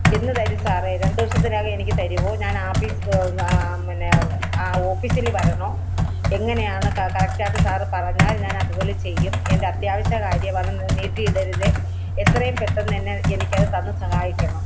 എന്നു തരും സാറെ രണ്ടു ദിവസത്തിനകം എനിക്ക് തരുമോ ഞാനാപ്പീസ് പിന്നെ അ ഓഫീസില് വരണോ എങ്ങനെയാണ് ക കറക്റ്റായിട്ട് പറഞ്ഞാല് ഞാന് അതുപോലെ ചെയ്യും എന്റത്യാവശ്യ കാര്യമാണ് നീട്ടി ഇടരുതേ എത്രയും പെട്ടെന്നു തന്നെ എനിക്കത് തന്നു സഹായിക്കണം